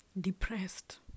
depressed